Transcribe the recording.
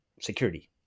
security